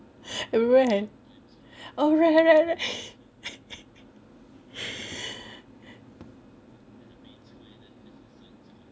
where oh right right right